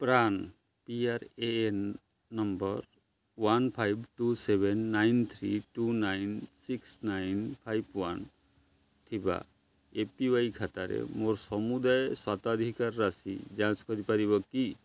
PRAN number P R A N number one five two seven nine three two nine six nine five one ଥିବା A P Y ଖାତାରେ ମୋର ସମୁଦାୟ ସ୍ୱତ୍ୱାଧିକାର ରାଶି ଯାଞ୍ଚ କରିପାରିବ କି